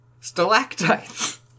stalactites